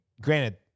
granted